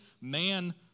man